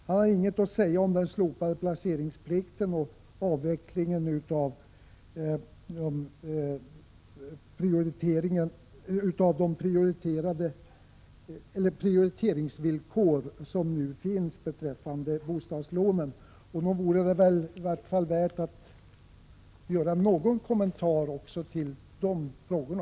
Han har ingenting att säga om den slopade placeringsplikten och avvecklingen av de prioriteringsvillkor som nu finns beträffande bostadslånen. Nog vore det i varje fall värt att göra någon kommentar också till de frågorna.